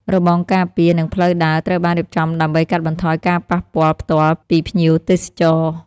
របងការពារ និងផ្លូវដើរត្រូវបានរៀបចំដើម្បីកាត់បន្ថយការប៉ះពាល់ផ្ទាល់ពីភ្ញៀវទេសចរ។